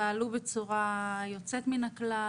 פעלו בצורה יוצאת מן הכלל.